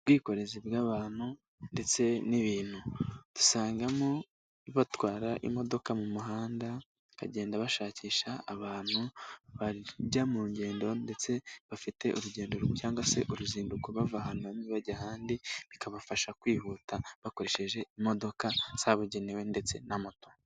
Ubwikorezi bw'abantu ndetse n'ibintu dusangamo aho batwara imodoka mu muhanda bagenda bashakisha abantu bajya mu ngendo ndetse bafite urugendo cyangwa se uruzinduko bava ahantu bajya ahandi, bikabafasha kwihuta bakoresheje imodoka zabugenewe ndetse na moto.